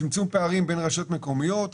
צמצום פערים בין רשויות מקומיות,